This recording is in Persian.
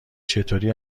چطوری